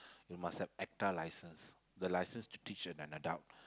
you must have ECDA license the license to teach an adult